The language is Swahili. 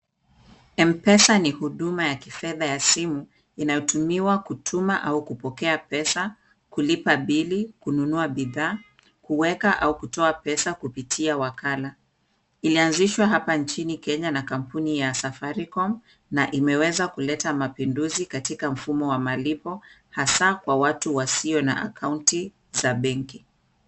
M-pesa ni huduma ya kifedha ya simu inayotumiwa kutuma au kupokea pesa, kulipa bili, kununua bidhaa, kuweka au kutoa pesa kupitia wakala. Ilianzishwa hapa nchini Kenya na kampuni ya Safaricom na imeweza kuleta mapinduzi katika mfumo wa malipo, hasa kwa watu wasio na akaunti za benki.